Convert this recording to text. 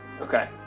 Okay